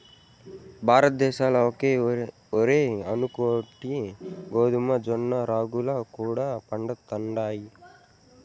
భారతద్దేశంల ఒక్క ఒరే అనుకుంటివా గోధుమ, జొన్న, రాగులు కూడా పండతండాయి